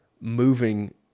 moving